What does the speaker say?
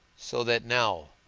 so that now,